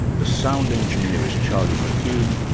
the sound engineer is charlie mccune,